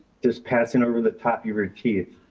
just passing over the top of your teeth.